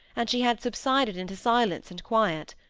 and she had subsided into silence and quiet.